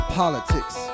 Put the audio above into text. politics